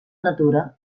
natura